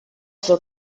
suo